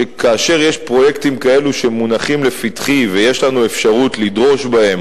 כאשר יש פרויקטים כאלה שמונחים לפתחי ויש לנו אפשרות לדרוש בהם